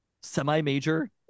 semi-major